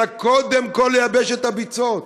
אלא קודם כול לייבש את הביצות.